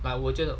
but 我觉得